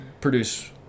produce